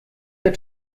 der